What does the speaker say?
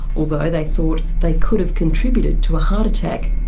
although they thought they could have contributed to a heart attack.